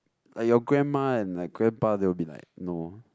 like your grandma and like grandpa they will be like no